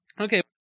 Okay